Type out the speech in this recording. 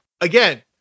again